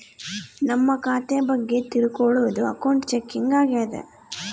ನಮ್ ಖಾತೆ ಬಗ್ಗೆ ತಿಲ್ಕೊಳೋದು ಅಕೌಂಟ್ ಚೆಕಿಂಗ್ ಆಗ್ಯಾದ